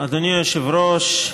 אדוני היושב-ראש,